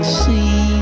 see